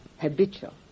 habitual